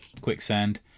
quicksand